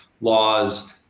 laws